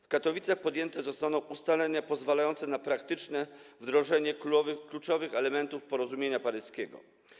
W Katowicach podjęte zostaną ustalenia pozwalające na praktyczne wdrożenie kluczowych elementów porozumienia paryskiego.